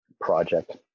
project